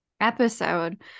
episode